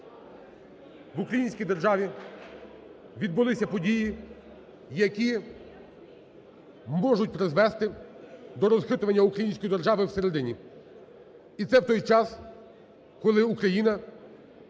в українській державі відбулися події, які можуть призвести до розхитування української держави всередині. І це в той час, коли Україна